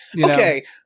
Okay